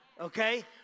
okay